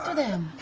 ah them.